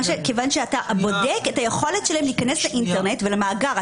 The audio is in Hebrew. כיוון שאתה בודק את היכולת שלהם להיכנס לאינטרנט ולמאגר,